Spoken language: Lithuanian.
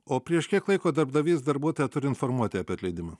o prieš kiek laiko darbdavys darbuotoją turi informuoti apie atleidimą